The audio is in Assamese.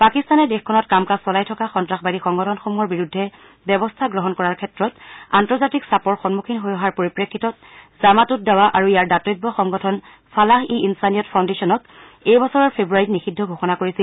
পাকিস্তানে দেশখনত কাম কাজ চলাই থকা সন্তাসবাদী সংগঠনসমূহৰ বিৰুদ্ধে ব্যৱস্থা গ্ৰহণ কৰাৰ ক্ষেত্ৰত আন্তৰ্জাতিক চাপৰ সন্মুখীন হৈ অহাৰ পৰিপ্ৰেক্ষিতত জামাত উদ দাৱা আৰু ইয়াৰ দাতব্য সংগঠন ফলাহ ই ইনছানিয়ত ফাউশুেশ্যনক এই বছৰৰ ফেব্ৰুৱাৰীত নিষিদ্ধ ঘোষণা কৰিছিল